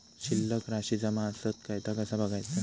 शिल्लक राशी जमा आसत काय ता कसा बगायचा?